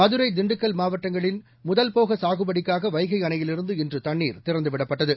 மதுரை திண்டுக்கல் மாவட்டங்களின் முதல்போக சாகுபடிக்காக வைகை அனையிலிருந்து இன்று தண்ணீர் திறந்துவிடப்பட்டது